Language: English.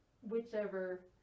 whichever